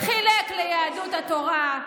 חילק ליהדות התורה,